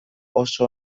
oso